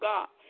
God